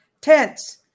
Tense